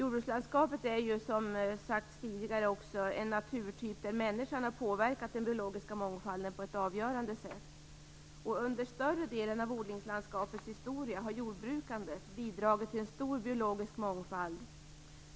Jordbrukslandskapet är ju, som också sagts tidigare, en naturtyp där människan har påverkat den biologiska mångfalden på ett avgörande sätt. Under större delen av odlingslandskapets historia har jordbrukandet bidragit till en stor biologisk mångfald.